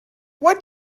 what